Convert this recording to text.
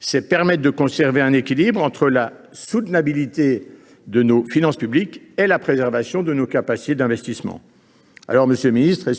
c’est maintenir un équilibre entre soutenabilité de nos finances publiques et préservation de nos capacités d’investissement. Monsieur le ministre,